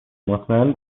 مطمئن